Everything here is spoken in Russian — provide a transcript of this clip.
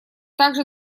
также